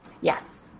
Yes